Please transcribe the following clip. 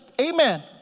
amen